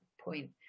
point